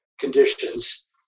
conditions